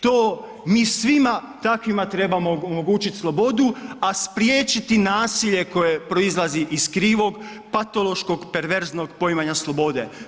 To mi svima takvima trebamo omogućiti slobodu, a spriječiti nasilje koje proizlazi iz krivog, patološkog, perverznog poimanja slobode.